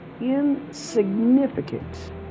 insignificant